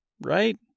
right